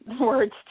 words